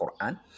Quran